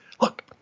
Look